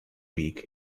week